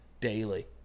daily